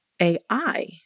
AI